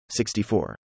64